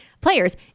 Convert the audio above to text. players